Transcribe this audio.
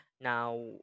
Now